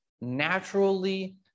naturally